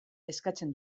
eskatzen